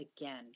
again